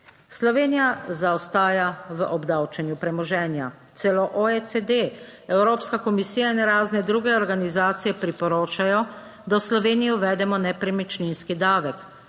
Slovenija zaostaja v obdavčenju premoženja. Celo OECD, evropska komisija in razne druge organizacije priporočajo, da v Sloveniji uvedemo nepremičninski davek.